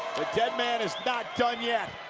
deadman is not done yet.